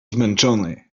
zmęczony